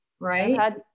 Right